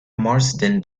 marsden